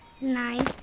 nine